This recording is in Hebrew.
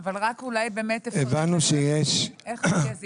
אבל אולי תפרט לנו איך זה יהיה.